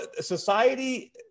society